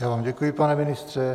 Já vám děkuji, pane ministře.